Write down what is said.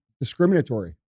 discriminatory